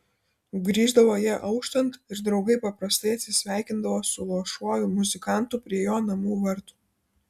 grįždavo jie auštant ir draugai paprastai atsisveikindavo su luošuoju muzikantu prie jo namų vartų